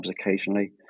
occasionally